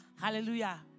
Hallelujah